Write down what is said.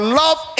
love